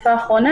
בתקופה האחרונה.